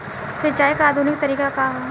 सिंचाई क आधुनिक तरीका का ह?